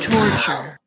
Torture